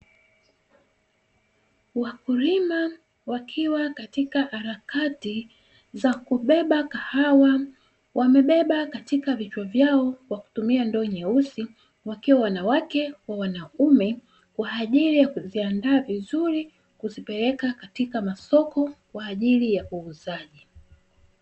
Wakulima wakiwa katika harakati za kubeba kahawa, wamebeba katika vichwa vyao kwa kutumia ndoo nyeusi wakiwa wanawake kwa wanaume kwa ajili ya kuziandaa vizuri kuzipeleka katika masoko kwa ajili ya uuzaji.